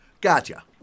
Gotcha